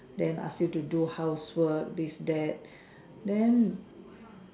then ask you to do housework this that then